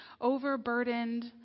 overburdened